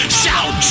shout